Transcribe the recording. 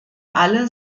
alle